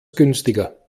günstiger